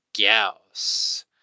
Gauss